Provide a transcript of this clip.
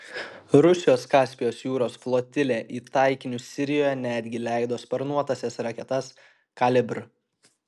rusijos kaspijos jūros flotilė į taikinius sirijoje netgi leido sparnuotąsias raketas kalibr